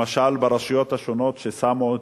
למשל ברשויות השונות ששמו,